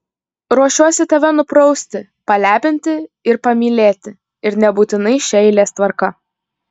ruošiuosi tave nuprausti palepinti ir pamylėti ir nebūtinai šia eilės tvarka